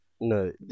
No